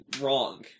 wrong